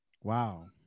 Wow